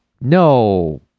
no